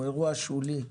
הוא אירוע שולי,